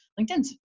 linkedins